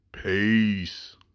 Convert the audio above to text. Peace